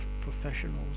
professionals